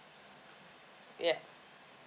yeah